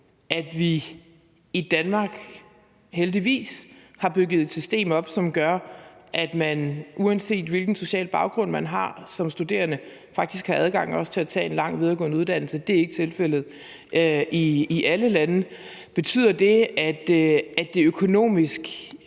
at vi i Danmark, heldigvis, har bygget et system op, som gør, at man, uanset hvilken social baggrund man har som studerende, faktisk også har adgang til at tage en lang videregående uddannelse. Det er ikke tilfældet i alle lande. Betyder det, at det økonomisk